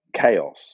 chaos